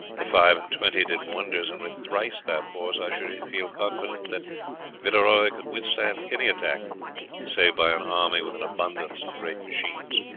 the five-and-twenty did wonders, and with thrice that force i should feel confident that villeroy could withstand any attack save by an army with an abundance of great machines.